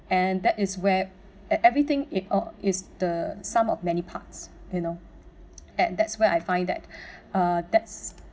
and that is where e~ everything it or it's the sum of many parts you know and that's where I find that uh that's